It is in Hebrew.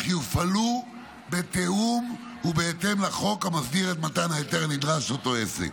אך יופעלו בתיאום ובהתאם לחוק המסדיר את מתן ההיתר הנדרש לאותו עסק.